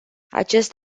acest